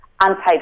unpaid